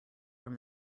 from